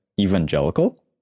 Evangelical